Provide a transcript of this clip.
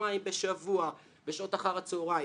פעמיים בשבוע בשעות אחר הצהריים,